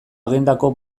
agendako